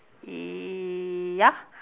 ya